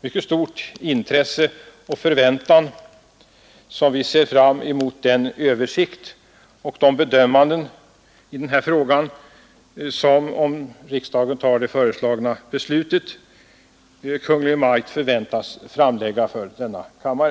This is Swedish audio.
mycket stort intresse vi ser fram mot den översikt och de bedömanden i den här frågan som Kungl. Maj:t, om riksdagen fattar det föreslagna beslutet, förväntas framlägga för denna kammare.